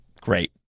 Great